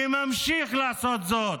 וממשיך לעשות זאת.